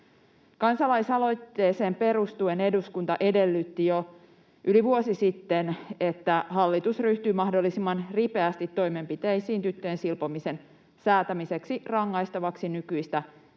Kansalaisaloitteeseen perustuen eduskunta edellytti jo yli vuosi sitten, että hallitus ryhtyy mahdollisimman ripeästi toimenpiteisiin tyttöjen silpomisen säätämiseksi rangaistavaksi nykyistä